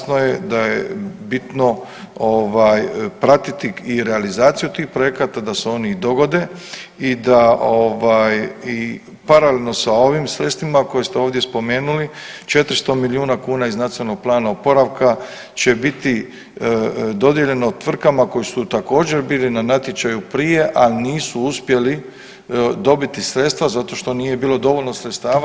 Jasno je da je bitno pratiti i realizaciju tih projekata, da se oni i dogode i da ovaj i paralelno sa ovim sredstvima koje ste ovdje spomenuli 400 milijuna kuna iz Nacionalnog plana oporavka će biti dodijeljeno tvrtkama koji su također bili na natječaju prije, a nisu uspjeli dobiti sredstva zato što nije bilo dovoljno sredstava.